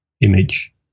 image